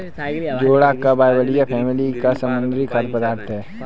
जोडाक बाइबलिया फैमिली का समुद्री खाद्य पदार्थ है